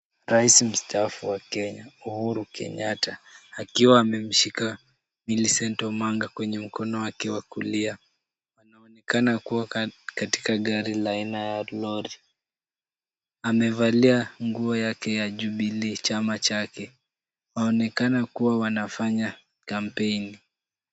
Rais mstaafu wa Kenya Uhuru Kenyatta akiwa ameshika Millicent Omanga kwenye mkono wake wa kulia. Wanaonekana kuwa katika gari la aina ya lori. Amevalia nguo yake ya Jubilee chama chake, waonekana kuwa wanafanya kampeni.